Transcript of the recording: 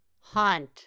hunt